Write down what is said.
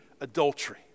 adultery